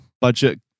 budget